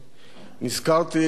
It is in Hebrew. נזכרתי ביצחק